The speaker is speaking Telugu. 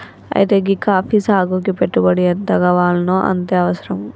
అయితే గీ కాఫీ సాగుకి పెట్టుబడి ఎంతగావాల్నో అంతనే అవసరం